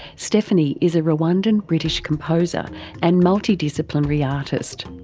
stephanie is a rwandan-british composer and multidisciplinary artist.